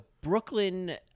Brooklyn